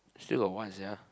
still got what sia